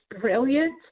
brilliant